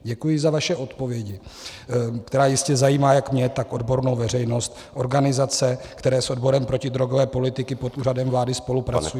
Děkuji za vaše odpovědi, které jistě zajímají jak mě, tak odbornou veřejnost, organizace, které s odborem protidrogové politiky pod Úřadem vlády spolupracují.